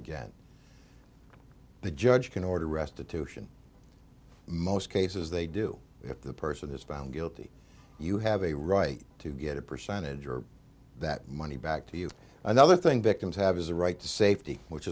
again the judge can order restitution most cases they do if the person is found guilty you have a right to get a percentage or that money back to you another thing victims have as a right to safety which